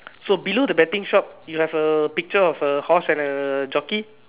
so below the betting shop you have a picture of a horse and a jockey